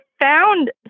found